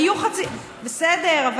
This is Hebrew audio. בסדר,